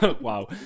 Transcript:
Wow